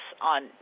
on